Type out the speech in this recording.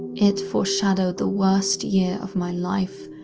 it foreshadowed the worst year of my life,